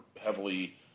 heavily